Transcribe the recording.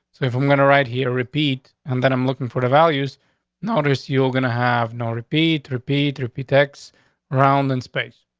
so if we're um gonna right here, repeat. and then i'm looking for the values notice you're gonna have no repeat. repeat, repeat, tex around in space.